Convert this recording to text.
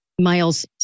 Miles